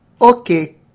okay